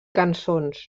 cançons